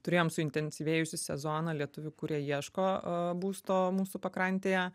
turėjom suintensyvėjusį sezoną lietuvių kurie ieško a būsto mūsų pakrantėje